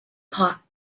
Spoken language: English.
pop